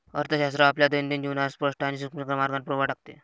अर्थशास्त्र आपल्या दैनंदिन जीवनावर स्पष्ट आणि सूक्ष्म मार्गाने प्रभाव टाकते